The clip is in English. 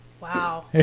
wow